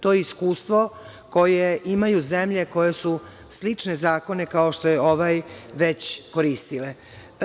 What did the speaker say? To je iskustvo koje imaju zemlje koje su slične zakone, kao što je ovaj, već koristile.